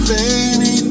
Baby